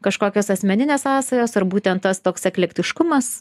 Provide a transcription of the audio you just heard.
kažkokios asmeninės sąsajos ar būtent tas toks eklektiškumas